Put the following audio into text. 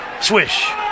Swish